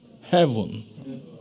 heaven